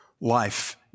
life